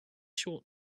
short